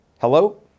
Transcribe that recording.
Hello